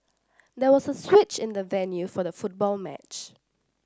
there was a switch in the venue for the football match